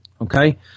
Okay